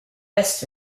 best